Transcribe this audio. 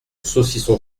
saucisson